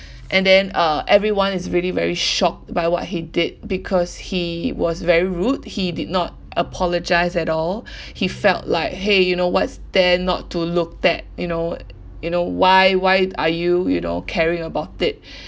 and then uh everyone is really very shocked by what he did because he was very rude he did not apologise at all he felt like !hey! you know what's there not to look at you know you know why why are you you know caring about it